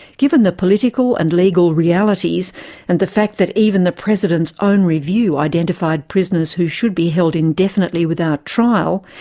given the political and legal realities and the fact that even the president's own review identified prisoners who should be held indefinitely without trial,